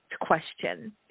question